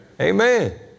Amen